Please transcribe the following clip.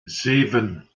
zeven